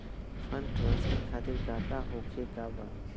Fund transfer खातिर काका होखे का बा?